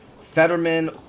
Fetterman